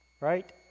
right